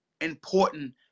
important